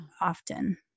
often